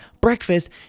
breakfast